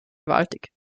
gewaltig